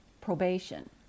probation